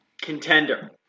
Contender